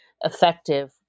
effective